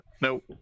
Nope